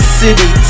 city